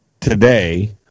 today